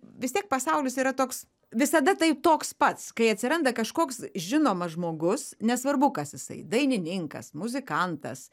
vis tiek pasaulis yra toks visada tai toks pats kai atsiranda kažkoks žinomas žmogus nesvarbu kas jisai dainininkas muzikantas